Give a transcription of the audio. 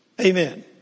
Amen